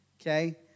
okay